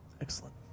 Excellent